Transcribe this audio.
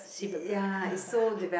civilized